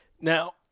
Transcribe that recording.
Now